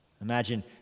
Imagine